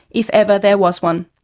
if ever there was one.